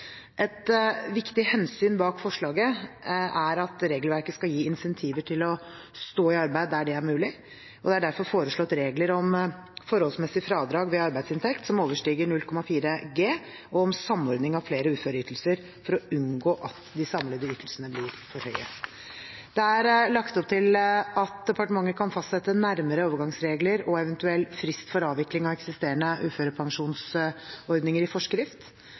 Et viktig hensyn bak forslaget er at regelverket skal gi incentiver til å stå i arbeid der det er mulig, og det er derfor foreslått regler om forholdsmessig fradrag ved arbeidsinntekt som overstiger 0,4 G, og om samordning av flere uføreytelser for å unngå at de samlede ytelsene blir for høye. Det er lagt opp til at departementet kan fastsette nærmere overgangsregler og eventuell frist for avvikling av eksisterende uførepensjonsordninger i forskrift,